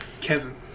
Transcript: Kevin